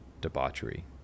debauchery